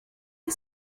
you